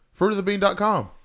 Fruitofthebean.com